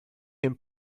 him